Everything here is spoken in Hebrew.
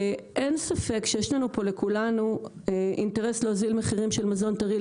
אין ספק שיש לנו פה לכולנו אינטרס להוזיל מחירים של מזון טרי,